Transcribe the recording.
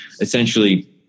essentially